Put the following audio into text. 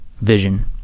vision